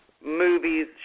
movies